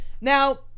Now